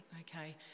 Okay